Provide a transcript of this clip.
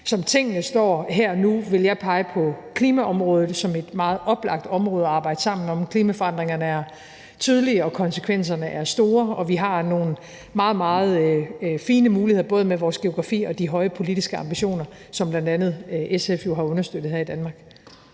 Som tingene står her og nu, vil jeg pege på klimaområdet som et meget oplagt område at arbejde sammen om. Klimaforandringerne er tydelige, og konsekvenserne er store. Vi har nogle meget, meget fine muligheder både med vores geografi og de høje politiske ambitioner, som bl.a. SF jo har understøttet her i Danmark.